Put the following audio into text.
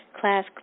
Class